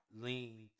lean